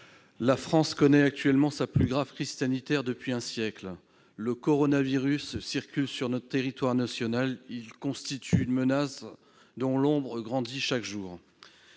la France connaît actuellement sa plus grave crise sanitaire depuis un siècle. Le coronavirus circule sur notre territoire national. Il constitue une menace dont l'ombre grandit chaque jour.